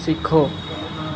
ਸਿੱਖੋ